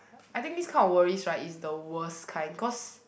I think this kind of worries right is the worst kind cause